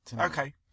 Okay